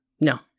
No